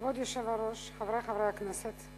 כבוד היושב-ראש, חברי חברי הכנסת,